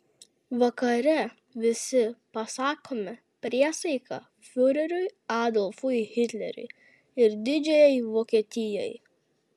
vakare visi pasakome priesaiką fiureriui adolfui hitleriui ir didžiajai vokietijai